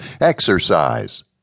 Exercise